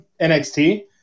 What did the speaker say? NXT